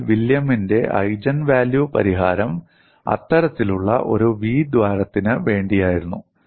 വാസ്തവത്തിൽ വില്യമിന്റെ ഐജൻവാല്യു പരിഹാരം അത്തരത്തിലുള്ള ഒരു വി ദ്വാരത്തിനു വേണ്ടിയായിരുന്നു